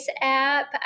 app